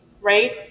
right